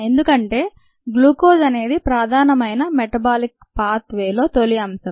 ఎందుకంటే గ్లూకోజ్ అనేది ప్రాధానమైన మెటబాలిక్ పాత్ వేలో తొలి అంశం